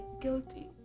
guilty